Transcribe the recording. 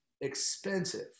expensive